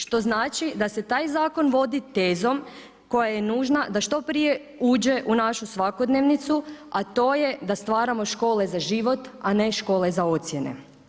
Što znači da se taj zakon vodi tezom koja je nužna da što prije uđe u našu svakodnevnicu, a to je da stvaramo škole za život a ne škole za ocjene.